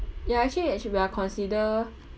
ya actually they should be like consider